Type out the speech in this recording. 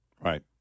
Right